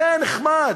זה נחמד.